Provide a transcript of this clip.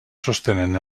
sostenen